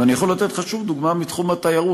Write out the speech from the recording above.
ואני יכול לתת לך שוב דוגמה מתחום התיירות.